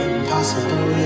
Impossible